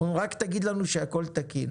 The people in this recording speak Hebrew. אומרים: רק תגיד לנו שהכול תקין.